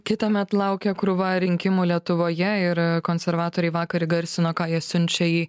kitąmet laukia krūva rinkimų lietuvoje ir konservatoriai vakar įgarsino ką jie siunčia į